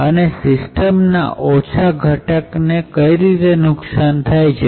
અને સિસ્ટમ ના ઓછા ઘટક ને નુકસાન થાય છે